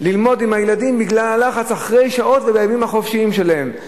ללמוד עם הילדים בגלל הלחץ אחרי שעות הלימודים ובימים החופשיים שלהם.